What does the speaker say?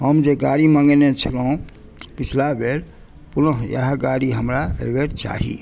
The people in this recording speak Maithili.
हम जे गाडी मंगेनै छलहुँ पीछला बेर पुनः वएह गाड़ी हमरा एहिबेर चाही